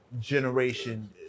generation